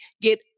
get